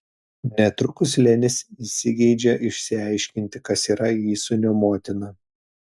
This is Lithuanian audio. netrukus lenis įsigeidžia išsiaiškinti kas yra įsūnio motina